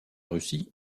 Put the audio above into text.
russie